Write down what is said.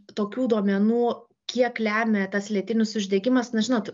tokių duomenų kiek lemia tas lėtinis uždegimas na žinot